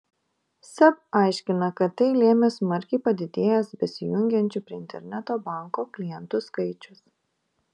seb aiškina kad tai lėmė smarkiai padidėjęs besijungiančių prie interneto banko klientų skaičius